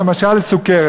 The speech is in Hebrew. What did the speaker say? למשל לסוכרת.